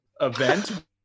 event